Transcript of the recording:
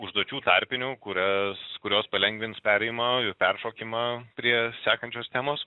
užduočių tarpinių kurias kurios palengvins perėjimą peršokimą prie sekančios temos